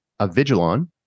Avigilon